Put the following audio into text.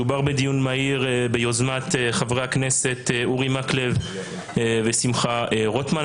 מדובר בדיון מהיר ביוזמת חברי הכנסת אורי מקלב ושמחה רוטמן.